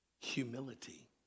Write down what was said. Humility